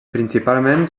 principalment